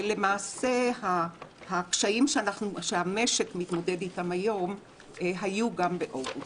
למעשה הקשיים שהמשק מתמודד איתם היום היו גם באוגוסט.